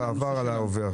ונעבור לנושא שלנו.